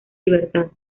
libertad